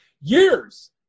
years